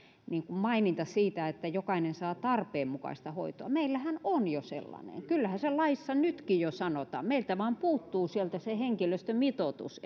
maininta siitä että jokainen saa tarpeen mukaista hoitoa meillähän on jo sellainen kyllähän se laissa nytkin jo sanotaan meiltä vain puuttuu sieltä se henkilöstömitoitus